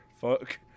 fuck